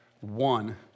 one